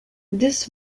this